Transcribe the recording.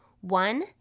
One